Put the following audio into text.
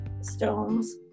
stones